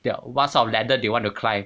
their what sort of ladder they want to climb